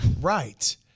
Right